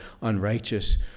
unrighteous